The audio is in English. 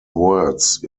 words